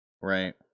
Right